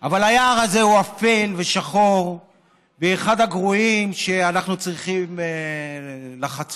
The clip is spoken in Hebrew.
אבל היער הזה הוא אפל ושחור ואחד הגרועים שאנחנו צריכים לחצות.